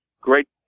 great